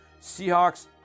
Seahawks